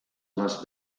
les